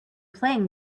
playing